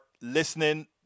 listening